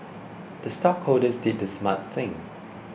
the stockholders did the smart thing